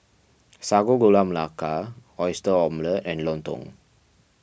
Sago Gula Melaka Oyster Omelette and Lontong